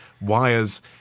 wires